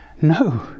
No